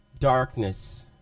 darkness